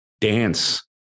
dance